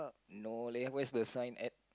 no leh where's the sign at